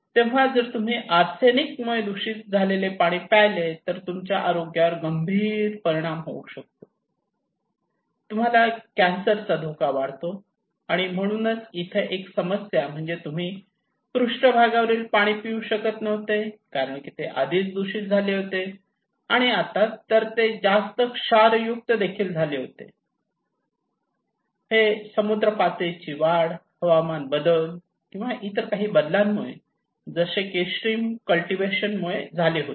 तेव्हा जर तुम्ही आर्सेनिक मुळे दूषित झालेले पाणी प्यायले तर त्याचा तुमच्या आरोग्यावर गंभीर परिणाम होऊ शकतो तुम्हाला कॅन्सर चा धोका वाढतो आणि म्हणून इथे एक समस्या म्हणजे तुम्ही पृष्ठभागावरील पाणी पिऊ शकत नव्हते कारण ते आधीच दूषित झालेले होते आणि आत्ता तर ते जास्त क्षारयुक्त देखील झाले होते हे समुद्र पातळीची वाढ हवामान बदल किंवा इतर काही बदलांमुळे जसे की श्रिम्प कल्टिवेशन मुळे झाले होते